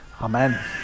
Amen